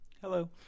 Hello